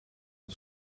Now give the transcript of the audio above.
het